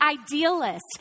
idealist